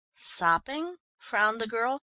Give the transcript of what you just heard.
sopping? frowned the girl.